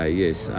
yes